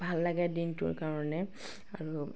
ভাল লাগে দিনটোৰ কাৰণে আৰু